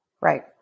Right